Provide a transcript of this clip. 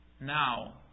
now